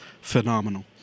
phenomenal